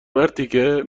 مرتیکه